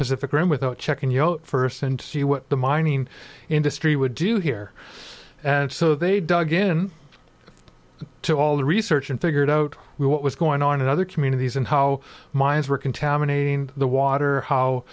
pacific rim without checking you know first and see what the mining industry would do here and so they dug in to all the research and figured out what was going on in other communities and how mines were contaminating the water